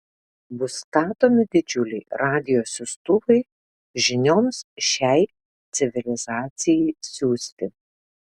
bus statomi didžiuliai radijo siųstuvai žinioms šiai civilizacijai siųsti